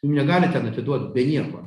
negali ten atiduot be nieko